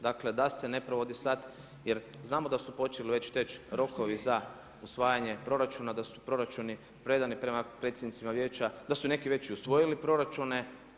Dakle da se ne provodi sad, jer znamo da su počeli već teći rokovi za usvajanje proračuna, da su proračuni predani prema predsjednicima vijeća, da su neki već usvojili proračuna.